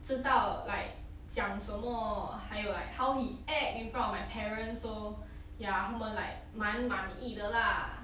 知道 like 讲什么还有 like how he act in front of my parents so ya 他们 like 蛮满意的 lah